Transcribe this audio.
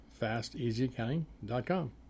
fasteasyaccounting.com